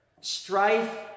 Strife